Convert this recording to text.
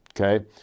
okay